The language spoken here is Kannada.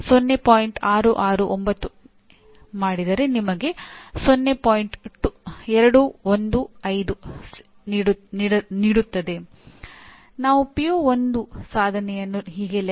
ಶ್ರೇಣಿ 1 ವಾಹಕಗಳಿಗೆ ದೃಷ್ಟಿ ಗುರಿ ಮತ್ತು ಪ್ರೋಗ್ರಾಂನ ಶೈಕ್ಷಣಿಕ ಉದ್ದೇಶಗಳಿಗೆ 50 ಅಂಕಗಳು ಮತ್ತು ಶ್ರೇಣಿ 2 60 ಅಂಕಗಳನ್ನು ಹೊಂದಿದೆ